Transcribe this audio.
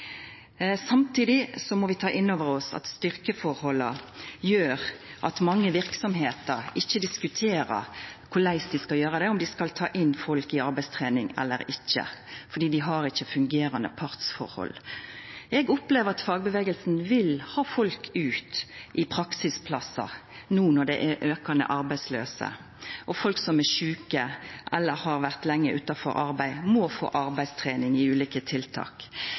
Samtidig må vi ta inn over oss at styrkeforholda gjer at mange verksemder ikkje diskuterer korleis dei skal gjera det, om dei skal ta inn folk i arbeidstrening eller ikkje, fordi dei ikkje har fungerande partsforhold. Eg opplever at fagrørsla vil ha folk ut i praksisplassar no når det er aukande arbeidsløyse, og folk som er sjuke eller har vore lenge utanfor arbeid, må få arbeidstrening i ulike tiltak.